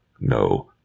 No